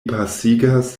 pasigas